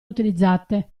utilizzate